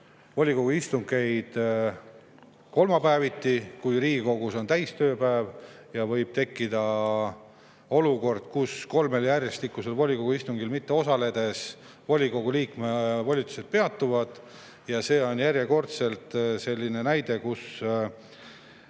volikogu istungid kolmapäeviti, kui Riigikogus on täistööpäev. Ja võib tekkida olukord, et kolmel järjestikusel volikogu istungil mitteosaledes volikogu liikme volitused peatuvad. See on järjekordselt selline näide,